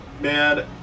man